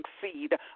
succeed